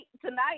tonight